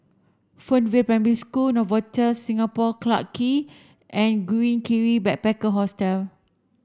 Fernvale Primary School Novotel Singapore Clarke Quay and Green Kiwi Backpacker Hostel